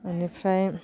बेनिफ्राय